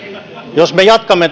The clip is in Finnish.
jos me jatkamme